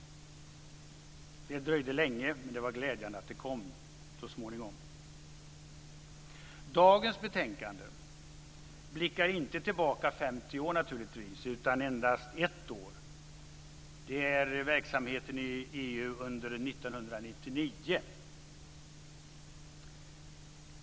Det dröjde länge, men det är glädjande att det skedde så småningom. Dagens betänkande blickar naturligtvis inte tillbaka 50 år utan endast ett år. Det handlar om verksamheten i EU under 1999.